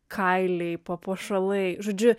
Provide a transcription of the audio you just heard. kailiai papuošalai žodžiu